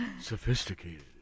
sophisticated